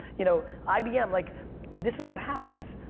you know ibm. like this is what happens.